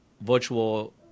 virtual